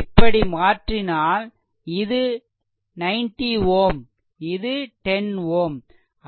இப்படி மாற்றினால் இது 90 Ω இது 10 Ω